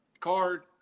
card